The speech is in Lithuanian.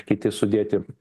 kiti sudėti